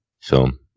film